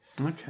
Okay